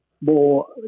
more